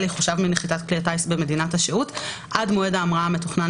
יחושב מנחיתת כלי הטיס במדינת השהות עד מועד ההמראה המתוכנן